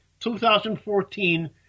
2014